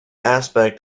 aspect